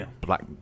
black